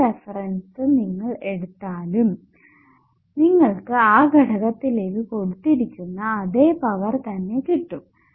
ഏത് റഫറൻസ് നിങ്ങൾ തിരഞ്ഞെടുത്താലും നിങ്ങൾക്ക് ആ ഘടകത്തിലേക്ക് കൊടുത്തിരിക്കുന്ന അതേ പവർ തന്നെ കിട്ടും